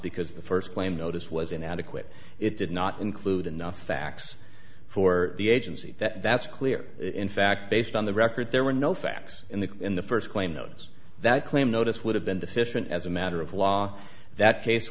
because the first claim notice was inadequate it did not include enough facts for the agency that that's clear in fact based on the record there were no facts in the in the first claim those that claim notice would have been deficient as a matter of law that case